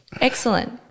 Excellent